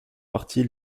parti